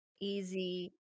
easy